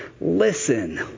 Listen